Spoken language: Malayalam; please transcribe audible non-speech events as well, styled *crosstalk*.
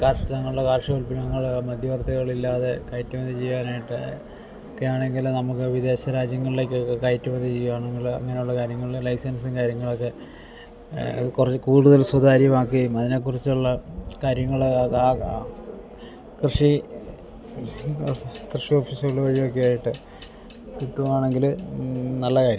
കർഷകങ്ങൾടെ കാർഷികോൽപ്പന്നങ്ങൾ മധ്യവർത്തികളില്ലാതെ കയറ്റുമതി ചെയ്യാനായിട്ട് ഒക്കെയാണെങ്കിൽ നമുക്ക് വിദേശ രാജ്യങ്ങളിലേക്ക് കയറ്റുമതി ചെയ്യുകയാണെങ്കിൽ അങ്ങനുള്ള കാര്യങ്ങളിൽ ലൈസൻസും കാര്യങ്ങളൊക്കെ അത് കുറച്ച് കൂടുതൽ സുതാര്യമാക്കുകയും അതിനെ കുറിച്ചുള്ള കാര്യങ്ങൾ *unintelligible* കൃഷി *unintelligible* കൃഷി ഓഫീസ്കൾ വഴിയൊക്കെയായിട്ട് കിട്ടുകയാണെങ്കിൽ നല്ല കാര്യമാ